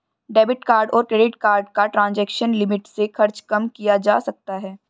debit card और credit card का transaction limit से खर्च कम किया जा सकता है